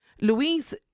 Louise